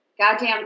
goddamn